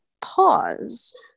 pause